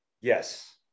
yes